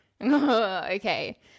Okay